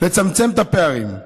לצמצם את הפערים.